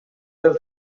del